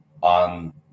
on